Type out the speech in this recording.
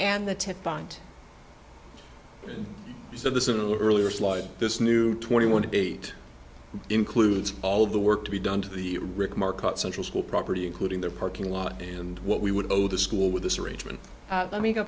and the to find so the earlier slide this new twenty one to be includes all the work to be done to the rick market central school property including the parking lot and what we would go to school with this arrangement let me go